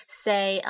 say